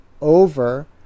over